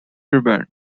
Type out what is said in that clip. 日本